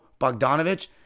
Bogdanovich